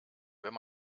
wenn